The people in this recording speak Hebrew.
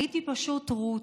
הייתי פשוט רות,